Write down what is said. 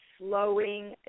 slowing